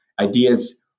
Ideas